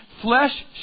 flesh